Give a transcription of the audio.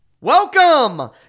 Welcome